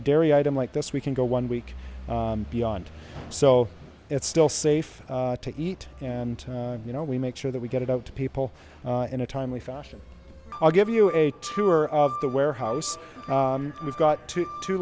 a dairy item like this we can go one week beyond so it's still safe to eat and you know we make sure that we get it out to people in a timely fashion i'll give you a tour of the warehouse we've got to